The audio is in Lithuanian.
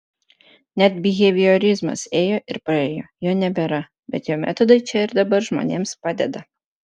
net biheviorizmas ėjo ir praėjo jo nebėra bet jo metodai čia ir dabar žmonėms padeda